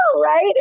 right